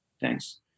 thanks